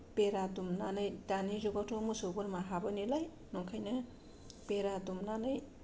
बेरा दुमनानै दानि जुगावथ' मोसौ बोरमा हाबो नालाय नंखायनो बेरा दुमनानै